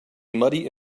muddy